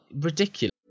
ridiculous